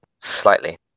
slightly